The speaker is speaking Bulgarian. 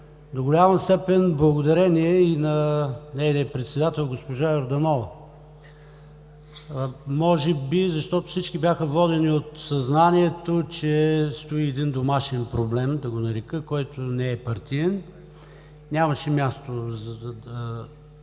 до голяма степен благодарение и на нейния председател госпожа Йорданова. Може би всички бяха водени от съзнанието, че стои един домашен проблем да го нарека, който не е партиен. Нямаше място вътре